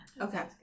Okay